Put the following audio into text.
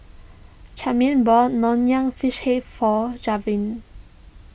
Charming bought Nonya Fish Head for Javen